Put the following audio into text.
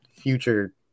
Future